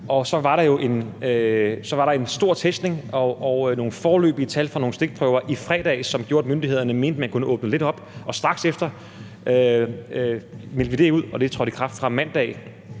Så var der en stor testning og nogle foreløbige tal fra nogle stikprøver i fredags, som gjorde, at myndighederne mente, at man kunne åbne lidt op. Straks efter meldte vi det ud, og det trådte i kraft fra mandag.